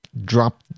drop